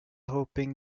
hoping